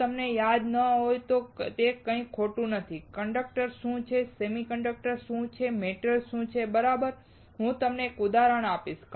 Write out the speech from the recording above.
જો તમને યાદ ન આવે તો તે કંઈ ખોટું નથી કંડક્ટર શું છે સેમિકન્ડક્ટર શું છે મેટલ શું છે બરાબર હું તમને એક ઉદાહરણ આપીશ